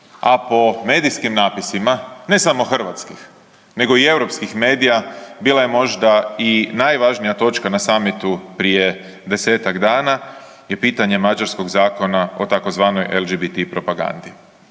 a po medijskim napisima, ne samo hrvatskih nego i europskih medija bila je možda i najvažnija točka na samitu prije 10-tak dana je pitanje mađarskog zakona o tzv. LGBT propagandi.